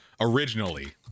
originally